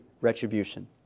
retribution